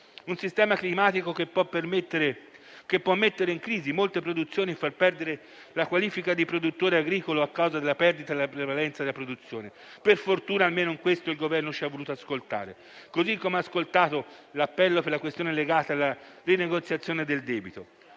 Il sistema climatico può mettere in crisi molte produzioni e far perdere la qualifica di produttore agricolo a causa della perdita della prevalenza della produzione. Per fortuna, almeno in questo, il Governo ci ha voluto ascoltare. Allo stesso modo, ha ascoltato l'appello legato alla rinegoziazione del debito.